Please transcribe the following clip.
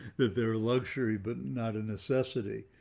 that their luxury but not a necessity,